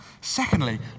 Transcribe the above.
Secondly